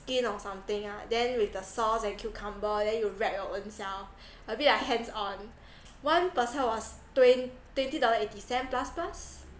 skin or something ah then with the sauce and cucumber then you wrap your own self a bit like hands on one person was twen~ twenty dollar eighty cents plus plus